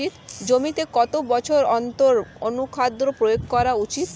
জমিতে কত বছর অন্তর অনুখাদ্য প্রয়োগ করা উচিৎ?